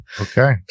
okay